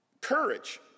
courage